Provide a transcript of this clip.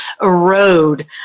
erode